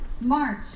March